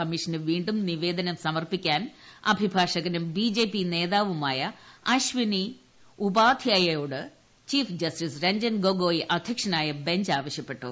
commission വീണ്ടും നിവേദനം സമർപ്പിക്കാൻ അഭിഭാഷ്കനും ബിജെപി നേതാവുമായ അശ്വനി ഉപാധ്യായോട് ചീഫ് ജ്സ്റ്റിസ് രഞ്ജൻ ഗൊഗോയ് അധ്യക്ഷനായ ബഞ്ച് ആവശ്യപ്പെട്ടു